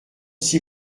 six